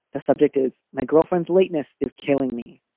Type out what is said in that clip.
the subject is my girlfriend's lateness is killing me.